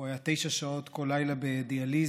זה מישהו שהיה תשע שעות כל לילה בדיאליזה.